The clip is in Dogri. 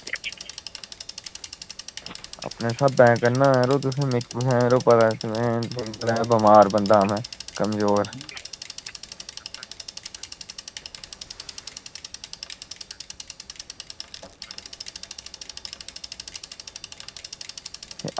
मेरे स्हाबै नै में यरो बमार बंदा में बड़ा कमज़ोर